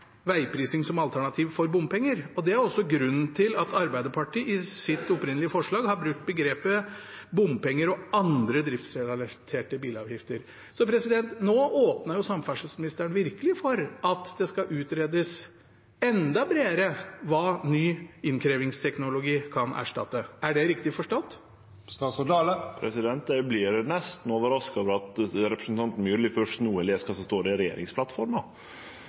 veiprising som alternativ til bompenger. Det er grunnen til at Arbeiderpartiet i sitt opprinnelige forslag har brukt begrepet «bompenger og andre driftsrelaterte bilavgifter». Nå åpner jo samferdselsministeren virkelig for at det skal utredes enda bredere hva ny innkrevingsteknologi kan erstatte. Er det riktig forstått? Eg vert nesten overraska over at representanten Myrli først no har lese kva som står i regjeringsplattforma.